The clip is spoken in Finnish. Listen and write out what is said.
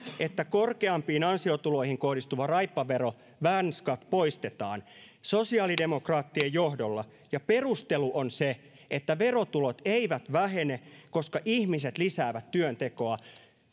että korkeampiin ansiotuloihin kohdistuva raippavero värnskatt poistetaan sosiaalidemokraattien johdolla ja perustelu on se että verotulot eivät vähene koska ihmiset lisäävät työntekoa